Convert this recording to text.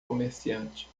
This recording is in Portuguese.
comerciante